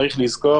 צריך לזכור